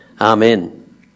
Amen